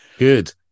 good